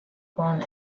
grown